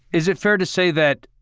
is it fair to say that,